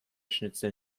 schnitzel